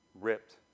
ripped